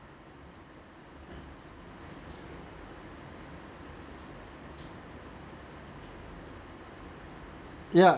yeah